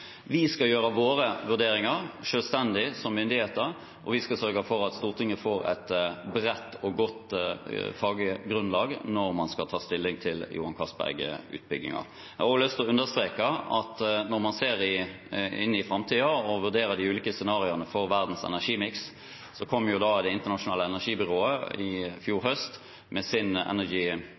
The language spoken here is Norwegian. Vi skal gjøre våre vurderinger, selvstendig som myndighet, og vi skal sørge for at Stortinget får et bredt og godt faggrunnlag når man skal ta stilling til Johan Castberg-utbyggingen. Jeg vil også understreke – når man ser inn i framtiden og vurderer de ulike scenarioene for verdens energimiks – at Det internasjonale energibyrået i fjor høst kom med sin World Energy